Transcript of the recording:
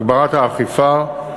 הגברת האכיפה,